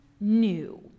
new